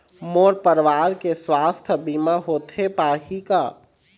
मोर परवार के सुवास्थ बीमा होथे पाही का?